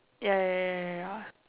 ya ya ya ya ya